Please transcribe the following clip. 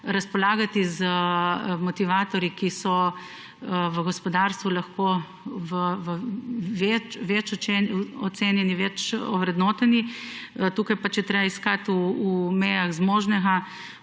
razpolagati z motivatorji, ki so v gospodarstvu lahko bolje ocenjeni, bolj ovrednoteni. Tukaj je treba iskati v mejah možnega